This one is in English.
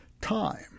time